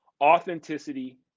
Authenticity